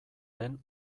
den